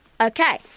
Okay